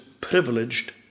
privileged